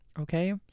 Okay